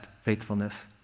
faithfulness